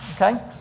okay